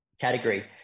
category